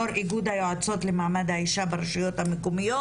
יו"ר איגוד היועצות למעמד האישה ברשויות המקומיות.